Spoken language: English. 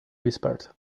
whispered